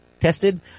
tested